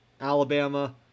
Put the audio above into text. Alabama